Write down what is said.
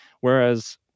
whereas